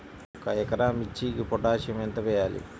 ఒక ఎకరా మిర్చీకి పొటాషియం ఎంత వెయ్యాలి?